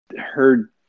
heard